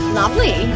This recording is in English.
lovely